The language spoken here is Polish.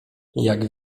jak